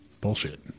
Bullshit